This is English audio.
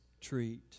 treat